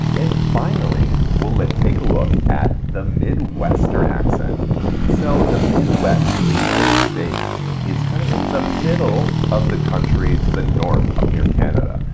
and finally, will it take a look at the midwestern accent so the midwest of the united states is kind of in the middle of the country to the north up near canada,